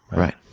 right.